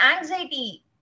anxiety